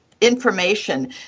information